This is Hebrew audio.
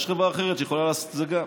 יש חברה אחרת שגם יכולה לעשות את זה.